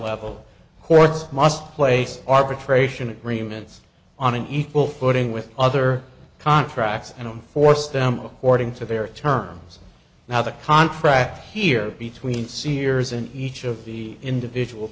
level courts must place arbitration agreements on an equal footing with other contracts and and force them according to their terms now the contract here between seniors in each of the individual